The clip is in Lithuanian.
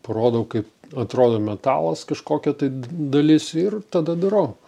parodau kaip atrodo metalas kažkokia tai dalis ir tada darau